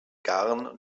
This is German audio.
garn